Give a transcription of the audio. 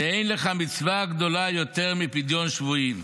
שאין לך מצווה גדולה יותר מפדיון שבויים.